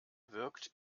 wirkt